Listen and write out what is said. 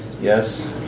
yes